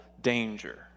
danger